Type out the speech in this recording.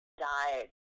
died